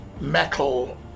metal